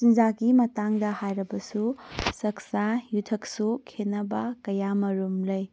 ꯆꯤꯟꯖꯥꯛꯀꯤ ꯃꯇꯥꯡꯗ ꯍꯥꯏꯔꯕꯁꯨ ꯆꯥꯛꯆꯥ ꯌꯨꯊꯛꯁꯨ ꯈꯦꯠꯅꯕ ꯀꯌꯥꯃꯔꯣꯝ ꯂꯩ